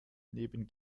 neben